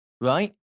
right